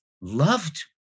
loved